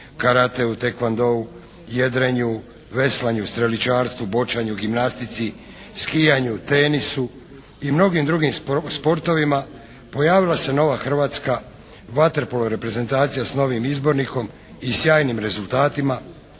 karateu, tea kwan doou, jedrenju, veslanju, streličarstvu, boćanju, gimnastici, skijanju, tenisu i mnogim drugim sportovima. Pojavila se nova hrvatska vaterpolo organizacija s novim izbornikom i sjajnim rezultatima.